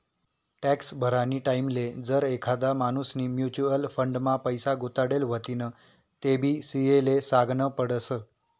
tax भरानी टाईमले जर एखादा माणूसनी म्युच्युअल फंड मा पैसा गुताडेल व्हतीन तेबी सी.ए ले सागनं पडस